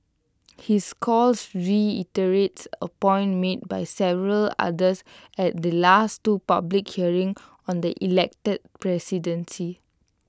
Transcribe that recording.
his calls reiterates A point made by several others at the last two public hearings on the elected presidency